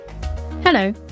Hello